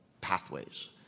pathways